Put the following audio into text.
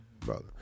brother